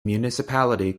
municipality